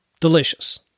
delicious